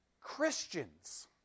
Christians